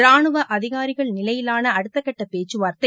ரானுவ அதிகாரிகள் நிலையிலாள அடுத்தக்கட்ட பேச்சுவார்த்தை